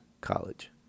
college